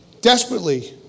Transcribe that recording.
Desperately